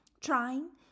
trying